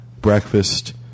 breakfast